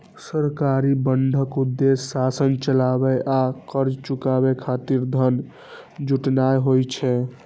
सरकारी बांडक उद्देश्य शासन चलाबै आ कर्ज चुकाबै खातिर धन जुटेनाय होइ छै